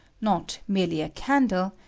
not merely a candle,